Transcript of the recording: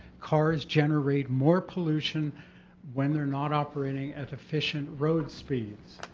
cars generate more pollution when they're not operating at efficient road speeds.